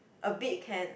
a bit can